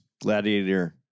Gladiator